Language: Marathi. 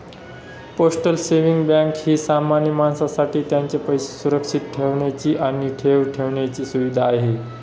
पोस्टल सेव्हिंग बँक ही सामान्य माणसासाठी त्यांचे पैसे सुरक्षित ठेवण्याची आणि ठेव ठेवण्याची सुविधा आहे